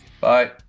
Bye